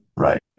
Right